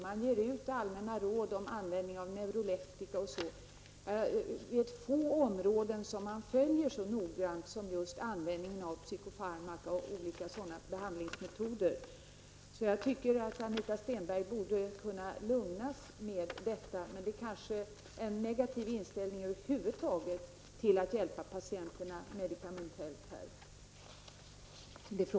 Man ger ut allmänna råd bl.a. om användningen av neuroleptika. Jag vet få områden som man följer så noga som just användningen av psykofarmaka och sådana behandlingsmetoder. Jag tycker Anita Stenberg borde kunna lugnas med detta. Men hon har kanske en negativ inställning över huvud taget till att hjälpa patienterna medikamentellt här.